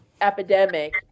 epidemic